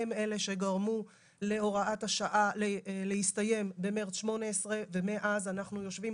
הם אלה שגרמו להוראת השעה להסתיים במרץ 2018 ומאז אנחנו יושבים